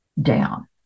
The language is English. down